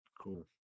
Cool